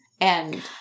and-